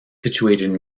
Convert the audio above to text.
situated